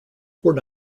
were